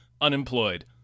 unemployed